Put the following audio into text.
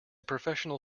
professional